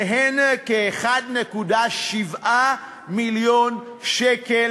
אלה האוכלוסיות המוחלשות,